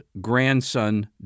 grandson